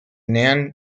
nan